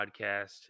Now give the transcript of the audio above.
podcast